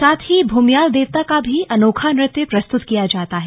साथ ही भुमियाल देवता का भी अनोखा नृत्य प्रस्तुत किया जाता है